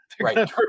Right